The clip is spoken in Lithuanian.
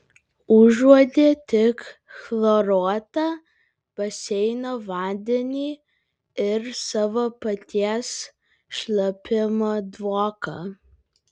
užuodė tik chloruotą baseino vandenį ir savo paties šlapimo dvoką